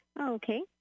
Okay